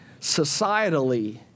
societally